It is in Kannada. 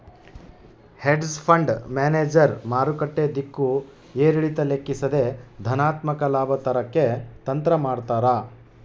ಹೆಡ್ಜ್ ಫಂಡ್ ಮ್ಯಾನೇಜರ್ ಮಾರುಕಟ್ಟೆ ದಿಕ್ಕು ಏರಿಳಿತ ಲೆಕ್ಕಿಸದೆ ಧನಾತ್ಮಕ ಲಾಭ ತರಕ್ಕೆ ತಂತ್ರ ಮಾಡ್ತಾರ